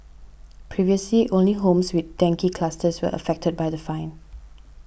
previously only homes with dengue clusters were affected by the fine